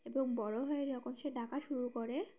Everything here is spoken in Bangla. এবং বড় হয়ে যখন সে ডাকা শুরু করে